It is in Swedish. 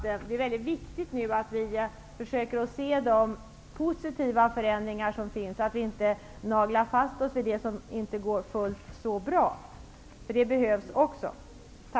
Det är viktigt att vi nu försöker se de positiva förändringar som finns, så att vi inte naglar oss fast vid det som inte går fullt så bra.